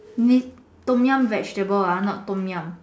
with Tom-Yum vegetable ah not Tom-Yum